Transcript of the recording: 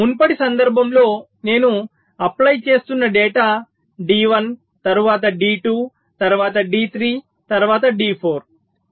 మునుపటి సందర్భంలో నేను అప్లై చేస్తున్న డేటా D1 తరువాత D2 తరువాత D3 తరువాత D4